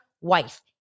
wife